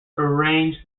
arranged